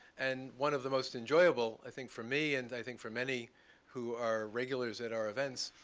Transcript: and one of the most enjoyable, i think for me, and i think for many who are regulars at our events,